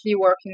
working